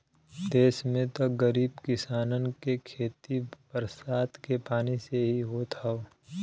देस में त गरीब किसानन के खेती बरसात के पानी से ही होत हौ